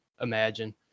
imagine